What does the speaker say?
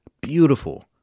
Beautiful